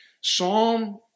Psalm